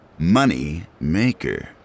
Moneymaker